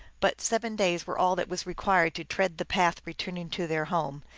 but seven days were all that was required to tread the path returning to their home,